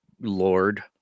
Lord